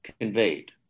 conveyed